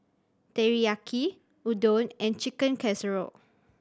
Teriyaki Udon and Chicken Casserole